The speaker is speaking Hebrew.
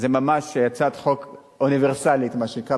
זו ממש הצעת חוק אוניברסלית, מה שנקרא.